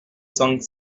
cent